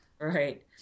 Right